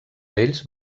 d’ells